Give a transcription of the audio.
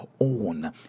own